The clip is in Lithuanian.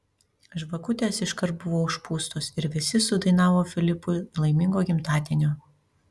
žvakutės iškart buvo užpūstos ir visi sudainavo filipui laimingo gimtadienio